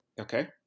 okay